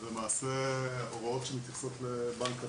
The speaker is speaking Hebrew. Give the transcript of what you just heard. הוראות שמתייחסות לבנק קטן,